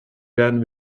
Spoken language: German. werden